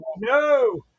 No